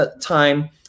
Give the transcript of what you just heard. time